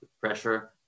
pressure